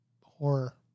horror